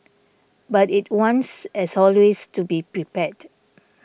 but it wants as always to be prepared